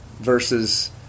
versus